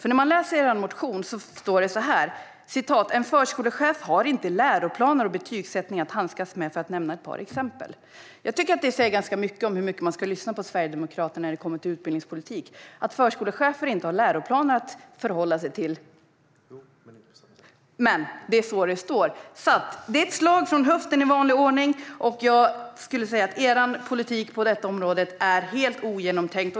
I er motion står det så här: "En förskolechef har inte läroplaner och betygssättning att handskas med, för att nämna ett par exempel." Jag tycker att det säger ganska mycket om hur mycket man ska lyssna på Sverigedemokraterna när det kommer till utbildningspolitik. Det står att förskolechefer inte har läroplaner att förhålla sig till. Det är i vanlig ordning ett skott från höften. Jag skulle säga att er politik på detta område är helt ogenomtänkt.